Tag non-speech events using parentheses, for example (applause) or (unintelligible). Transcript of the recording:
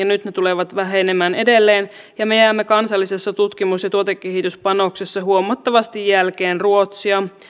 (unintelligible) nyt ne tulevat vähenemään edelleen ja me jäämme kansallisissa tutkimus ja tuotekehityspanoksissa huomattavasti jälkeen ruotsia